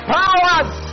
powers